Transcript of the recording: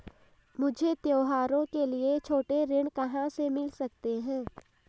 मुझे त्योहारों के लिए छोटे ऋण कहां से मिल सकते हैं?